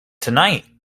tonight